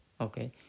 okay